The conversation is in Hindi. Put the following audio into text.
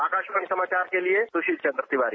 आकाशवाणी समाचार के लिए सुशील चंद्र तिवारी